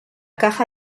caja